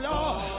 Lord